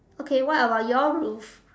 okay what about your roof